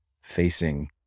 facing